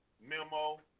memo